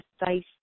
precise